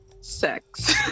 sex